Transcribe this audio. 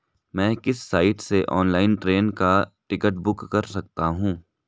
मैं किस साइट से ऑनलाइन ट्रेन का टिकट बुक कर सकता हूँ?